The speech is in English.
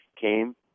came